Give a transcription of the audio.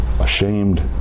ashamed